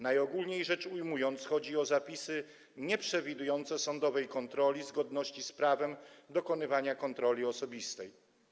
Najogólniej rzecz ujmując, chodzi o zapisy nieprzewidujące sądowej kontroli zgodności z prawem dokonywania kontroli osobistej.